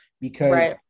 because-